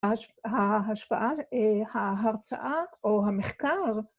ההשפעה, ההרצאה או המחקר